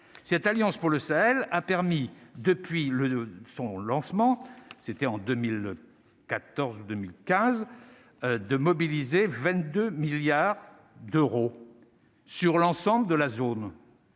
cette alliance pour le Sahel a permis depuis le de son lancement, c'était en 2014, 2015 de mobiliser 22 milliards d'euros sur l'ensemble de la zone,